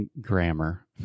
grammar